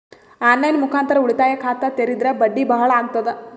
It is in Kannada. ಆನ್ ಲೈನ್ ಮುಖಾಂತರ ಉಳಿತಾಯ ಖಾತ ತೇರಿದ್ರ ಬಡ್ಡಿ ಬಹಳ ಅಗತದ?